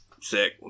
Sick